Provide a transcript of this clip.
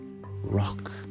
Rock